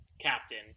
captain